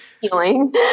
healing